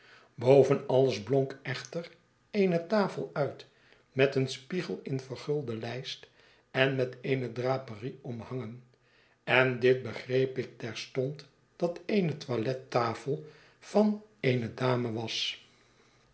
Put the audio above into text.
boven alles blonk echter eene tafeluit met een spiegel in vergulde lijst en met eene draperie omhangen en dit begreep ik terstond dat eene toilettafel van eene dame was